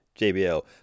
jbl